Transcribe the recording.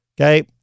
Okay